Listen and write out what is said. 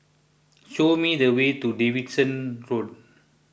show me the way to Davidson Road